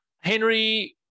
Henry